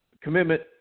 Commitment